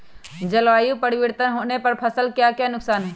जलवायु परिवर्तन होने पर फसल का क्या नुकसान है?